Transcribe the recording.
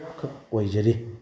ꯈꯛ ꯑꯣꯏꯖꯔꯤ